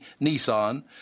Nissan